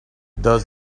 does